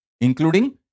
including